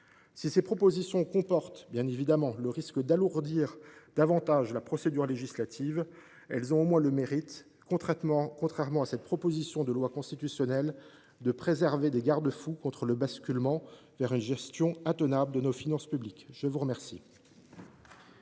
Si ces propositions comportent bien évidemment le risque d’alourdir davantage la procédure législative, elles ont au moins le mérite, contrairement à cette proposition de loi constitutionnelle, de préserver des garde fous contre le basculement vers une gestion intenable de nos finances publiques. La parole